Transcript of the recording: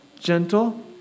gentle